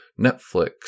Netflix